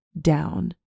down